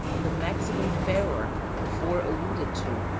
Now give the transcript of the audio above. on the mexican feroher before alluded to,